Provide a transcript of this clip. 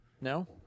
No